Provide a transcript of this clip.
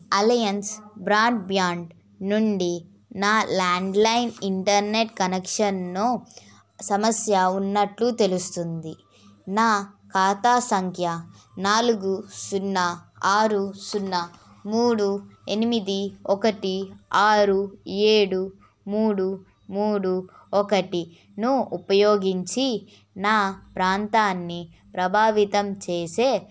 alliance broadband నుండి నా landline internet connection సమస్య ఉన్నట్లు తెలుస్తుంది నా ఖాతా సంఖ్య నాలుగు సున్నా ఆరు సున్నా మూడు ఎనిమిది ఒకటి ఆరు ఏడు మూడు మూడు ఒకటిను ఉపయోగించి నా ప్రాంతాన్ని ప్రభావితం చేసే